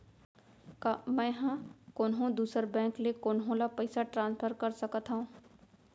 का मै हा कोनहो दुसर बैंक ले कोनहो ला पईसा ट्रांसफर कर सकत हव?